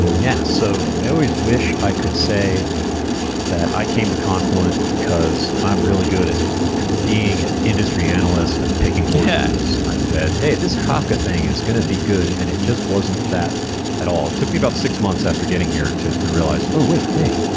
yeah. so i always wish i could say that i came to confluent because i'm really good at being an industry analyst and picking horses and i said, hey, this kafka thing is going to be good, and it just wasn't that at all. it took me about six months after getting here to to realize, oh, wait. hey!